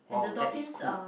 wow that is cool